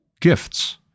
gifts